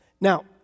Now